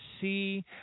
see